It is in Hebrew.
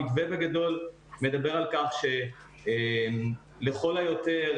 המתווה בגדול מדבר על כך שלכל היותר,